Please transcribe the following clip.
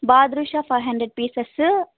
badusha five five hundred pieces